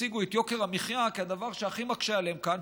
הציגו את יוקר המחיה כדבר שהכי מקשה עליהם כאן.